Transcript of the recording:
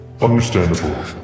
Understandable